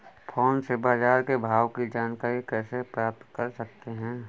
Phone से बाजार के भाव की जानकारी कैसे प्राप्त कर सकते हैं?